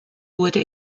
wurde